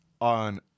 on